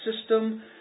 system